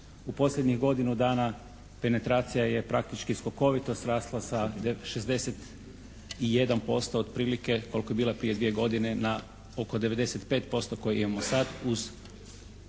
u posljednjih godinu dana penetracija je praktički skokovito srasla sa 61% otprilike koliko je bila prije dvije godine na oko 95% koji imamo sad uz